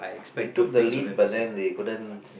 they took the lead but then they couldn't